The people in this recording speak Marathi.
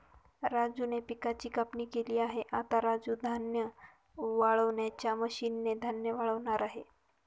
राजूने पिकाची कापणी केली आहे, आता राजू धान्य वाळवणाच्या मशीन ने धान्य वाळवणार आहे